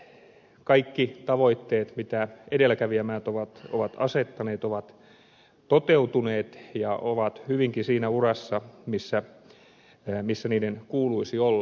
kaikki tavoitteet mitä edelläkävijämaat ovat asettaneet ovat toteutuneet ja ovat hyvinkin siinä urassa missä niiden kuuluisi olla